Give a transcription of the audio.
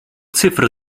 cyfr